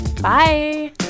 Bye